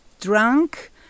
drunk